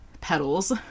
petals